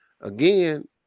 again